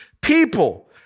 people